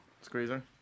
Squeezer